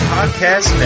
Podcast